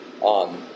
on